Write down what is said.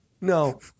No